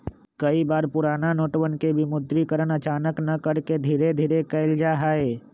कई बार पुराना नोटवन के विमुद्रीकरण अचानक न करके धीरे धीरे कइल जाहई